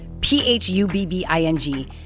P-H-U-B-B-I-N-G